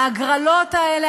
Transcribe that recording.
ההגרלות האלה,